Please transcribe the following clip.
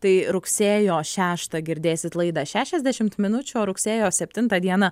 tai rugsėjo šeštą girdėsit laidą šešiasdešimt minučių o rugsėjo septintą dieną